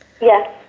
Yes